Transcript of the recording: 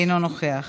אינו נוכח.